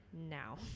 now